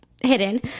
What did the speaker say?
hidden